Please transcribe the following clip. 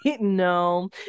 no